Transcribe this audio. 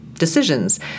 Decisions